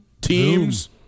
Teams